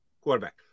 Quarterback